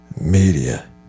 media